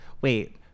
Wait